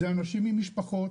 אלה אנשים עם משפחות,